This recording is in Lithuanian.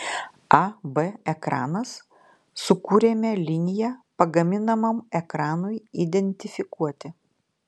ab ekranas sukūrėme liniją pagaminamam ekranui identifikuoti